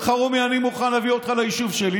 אלחרומי, אני מוכן להביא אותך ליישוב שלי.